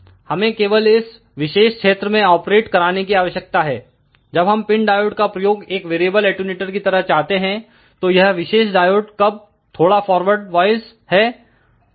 हमें केवल इस विशेष क्षेत्र में ऑपरेट कराने की आवश्यकता है जब हम पिन डायोड का प्रयोग एक वेरिएबल अटैंयूटर की तरह चाहते हैं तो यहविशेष डायोड कब थोड़ा फॉरवर्ड वॉइस है ठीक है